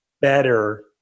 better